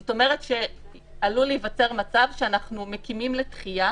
זאת אומרת שעלול להיווצר מצב שאנחנו מקימים לתחייה